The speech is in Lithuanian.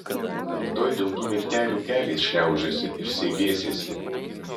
rytoj dėl tų miltelių keliais šliaužiosi ir seilėsiesi